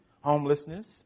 homelessness